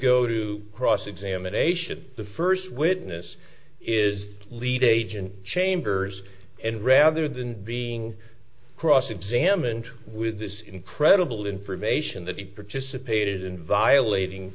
go to cross examination the first witness is the lead agency chambers and rather than being cross examined with this incredible information that he participated in violating